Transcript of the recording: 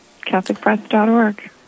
catholicpress.org